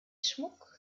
schmuck